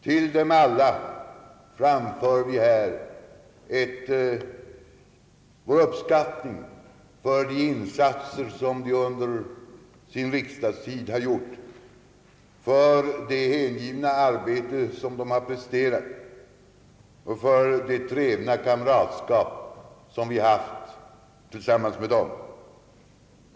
Till dem alla framför vi här vår uppskattning för de insatser, som de under sin riksdagstid har gjort, för det hängivna arbete som de har presterat och för det trevna kamratskap som vi haft tillsammans med dem.